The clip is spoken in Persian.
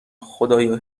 خدایا